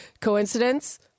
Coincidence